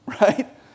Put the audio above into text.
right